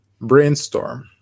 Brainstorm